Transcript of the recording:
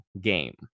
game